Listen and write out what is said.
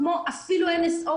אפילו NSO,